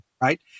right